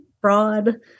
fraud